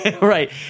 Right